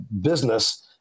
business